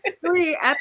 three